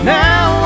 now